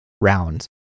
round